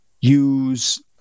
use